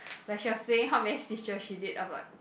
like she was saying how many stitches she did I'm like